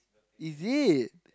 is it